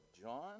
John